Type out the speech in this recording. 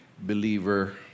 believer